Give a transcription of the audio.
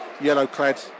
yellow-clad